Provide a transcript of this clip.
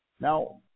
Now